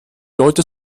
leute